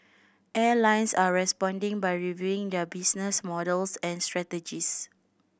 airlines are responding by reviewing their business models and strategies